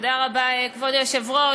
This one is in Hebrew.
תודה רבה, כבוד היושב-ראש,